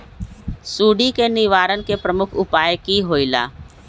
सुडी के निवारण के प्रमुख उपाय कि होइला?